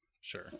Sure